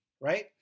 right